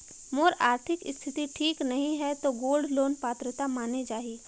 मोर आरथिक स्थिति ठीक नहीं है तो गोल्ड लोन पात्रता माने जाहि?